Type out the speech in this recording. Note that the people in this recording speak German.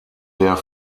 der